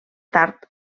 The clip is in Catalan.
tard